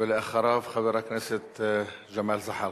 ואחריו, חבר הכנסת ג'מאל זחאלקה.